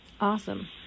Awesome